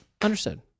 understood